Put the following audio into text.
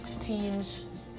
teams